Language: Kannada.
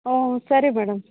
ಊಂ ಸರಿ ಮೇಡಮ್